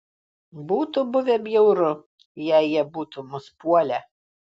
būtų buvę bjauru jei jie būtų mus puolę